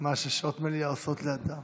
מה שעות מליאה עושות לאדם?